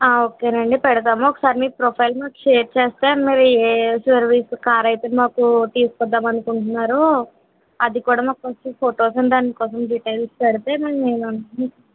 okay అండి పెడదాము ఒకసారి మీ ప్రొఫైల్ నాకు షేర్ చేస్తే మీరు ఏఏ సర్వీసుకి కార్ అయితే మాకు తీసుకొద్దాము అనుకుంటున్నారో అది కూడా మాకు కొంచెం ఫొటోస్ అండ్ డిటైల్స్ పెడితే మేము